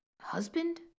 Husband